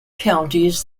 counties